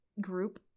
group